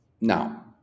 now